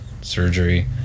surgery